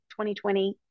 2020